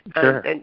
Sure